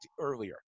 earlier